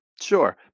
Sure